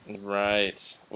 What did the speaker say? Right